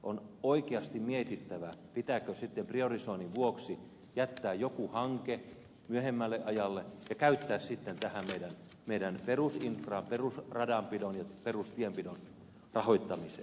on oikeasti mietittävä pitääkö sitten priorisoinnin vuoksi jättää jokin hanke myöhemmälle ajalle ja käyttää rahoja sitten tähän meidän perusinfraan perusradanpidon ja perustienpidon rahoittamiseen